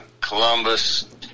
Columbus